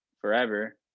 forever